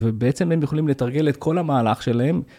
ובעצם הם יכולים לתרגל את כל המהלך שלהם.